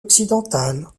occidentale